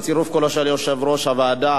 ובצירוף קולו של יושב-ראש הוועדה,